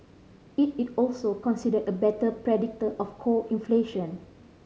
it is also considered a better predictor of core inflation